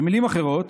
במילים אחרות,